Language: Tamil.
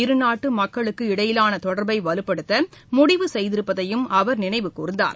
இருநாட்டுமக்களுக்கு இடையிலானதொடர்பைவலுப்படுத்தமுடிவு செய்திருப்பதையும் அவர் நினைவு கூர்ந்தார்